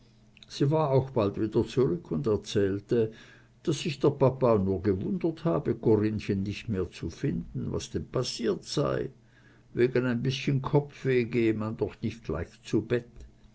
sie war auch bald wieder zurück und erzählte daß sich der papa nur gewundert habe corinnchen nicht mehr zu finden was denn passiert sei wegen ein bißchen kopfweh gehe man doch nicht gleich zu bett